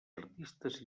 artistes